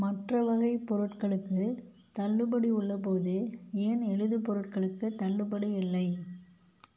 மற்ற வகைப் பொருட்களுக்குத் தள்ளுபடி உள்ளபோது ஏன் எழுது பொருட்களுக்குத் தள்ளுபடி இல்லை